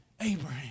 Abraham